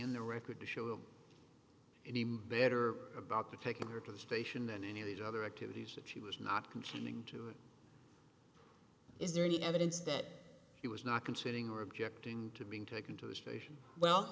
in the record to show him any better about to take her to the station than any of the other activities that she was not consenting to is there any evidence that he was not considering or objecting to being taken to the station well